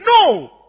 No